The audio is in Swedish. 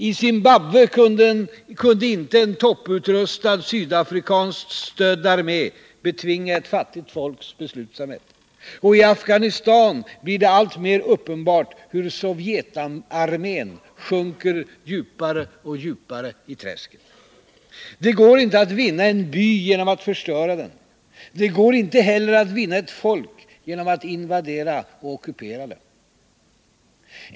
I Zimbabwe kunde inte en topputrustad sydafrikanskt stödd armé betvinga ett fattigt folks beslutsamhet. Och i Afghanistan blir det alltmer uppenbart hur Sovjetarmén sjunker djupare och djupare i träsket. Det går inte att vinna en by genom att förstöra den. Det går inte heller att vinna ett folk genom att invadera och ockupera det.